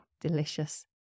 delicious